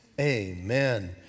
Amen